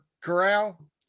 Corral